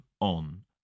on